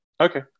Okay